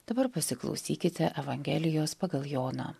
dabar pasiklausykite evangelijos pagal joną